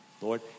Lord